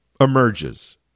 emerges